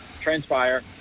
transpire